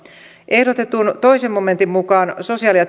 ehdotetun toisen momentin mukaan